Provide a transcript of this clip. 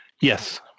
Yes